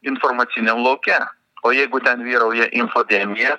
informaciniam lauke o jeigu ten vyrauja infodemija